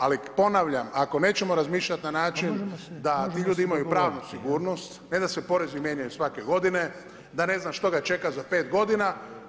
Ali ponavljam, ako nećemo razmišljati na način da ti ljudi imaju pravnu sigurnost, ne da se porezi mijenjaju svake godine, da ne zna što ga čeka za pet godina.